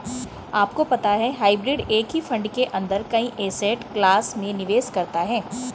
आपको पता है हाइब्रिड एक ही फंड के अंदर कई एसेट क्लास में निवेश करता है?